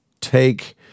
take